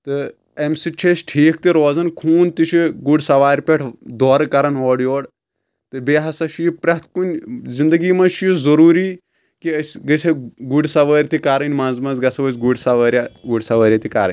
تہٕ امہِ سۭتۍ چھِ أسۍ ٹھیٖکھ تہِ روزان خوٗن تہِ چھُ گُرۍ سوارِ پٮ۪ٹھ دورٕ کرن اورٕ یورٕ تہٕ بییٚہِ ہسا چھُ یہِ پرٮ۪تھ کُنہِ زنٛدگی منٛز چھُ یہِ ضروٗری کہِ أسۍ گژھہِ گُرۍ سوٲر تہِ کرٕنۍ منٛز منٛز گژھو أسۍ گُرۍ سوٲریٚا وُرۍ سوٲریٚا تہِ کرٕنۍ